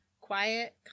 quiet